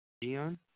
Dion